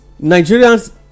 Nigerians